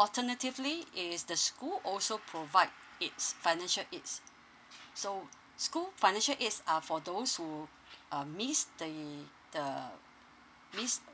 alternatively is the school also provide its financial aids so school financial aids are for those who uh missed the the missed